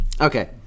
okay